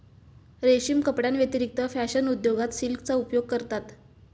रेशीम कपड्यांव्यतिरिक्त फॅशन उद्योगात सिल्कचा उपयोग करतात